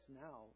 now